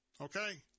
Okay